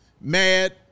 mad